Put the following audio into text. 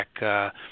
back